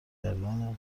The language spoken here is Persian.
کار